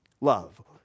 Love